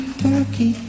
turkey